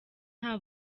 nta